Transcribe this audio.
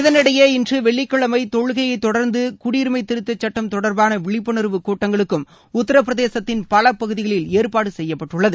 இதனிடையே இன்று வெள்ளிக்கிழமை தொழுகையை தொடர்ந்து குடியுரிமை திருத்தச்சுட்டம் தொடர்பான விழிப்புணர்வு கூட்டங்களுக்கும் உத்தரப்பிரதேசத்தின் பல பகுதிகளில் ஏற்பாடு செய்யபப்ட்டுள்ளது